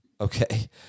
Okay